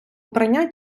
вбрання